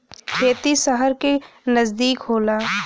खेती सहर के नजदीक होला